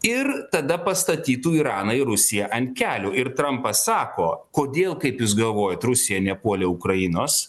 ir tada pastatytų iraną ir rusiją ant kelių ir trumpas sako kodėl kaip jūs galvojat rusija nepuolė ukrainos